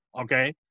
Okay